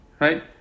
Right